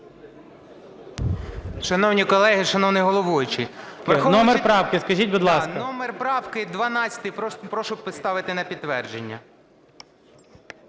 Номер правки 12. Прошу поставити на підтвердження.